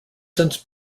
since